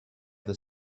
the